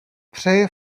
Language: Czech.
přeji